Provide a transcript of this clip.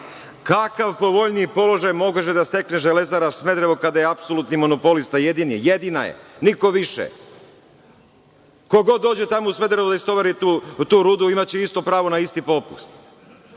povoljniji položaj može da stekne „Železara Smederevo“, kada je apsolutni monopolista, jedini, jedina je, niko više? Ko god dođe tamo u Smederevo i istovari tu rudu imaće isto pravo na isti popust.